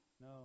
No